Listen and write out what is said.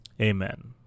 Amen